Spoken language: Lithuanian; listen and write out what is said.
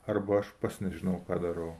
arba aš pats nežinau ką darau